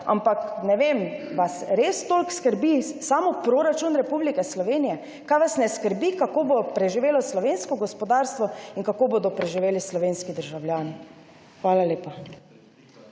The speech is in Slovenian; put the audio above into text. ampak ne vem, vas res toliko skrbi samo proračun Republike Slovenije? Vas ne skrbi, kako bo preživelo slovensko gospodarstvo in kako bodo preživeli slovenski državljani? Hvala lepa.